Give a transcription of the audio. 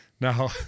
Now